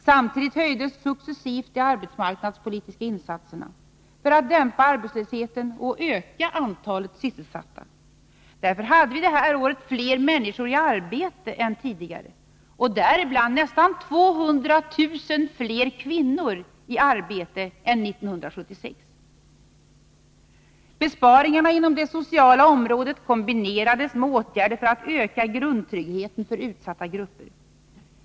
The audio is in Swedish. Samtidigt vidgades successivt de arbetsmarknadspolitiska insatserna för att dämpa arbetslösheten och öka antalet sysselsatta. Därför hade vi detta år fler människor i arbete än tidigare, däribland nästan 200 000 fler kvinnor än 1976. Besparingar inom det sociala området kombinerades med åtgärder för att öka grundtryggheten för utsatta grupper.